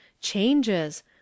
changes